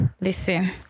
listen